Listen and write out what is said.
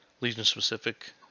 Legion-specific